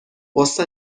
غصه